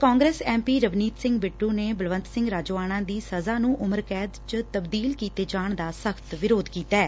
Congress M P Ravneet Singh Bittu ਨੇ ਬਲਵੰਤ ਸਿੰਘ ਰਾਜੋਆਨਾ ਦੀ ਸਜ਼ਾ ਨੂੰ ਉਮਰ ਕੈਦ ਚ ਤਬਦੀਲ ਕੀਤੇ ਜਾਣ ਦਾ ਸਖ਼ਤ ਵਿਰੋਧ ਕੀਤੈ